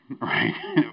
right